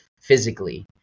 physically